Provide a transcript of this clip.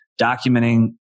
documenting